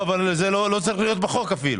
אבל זה לא צריך להיות בחוק.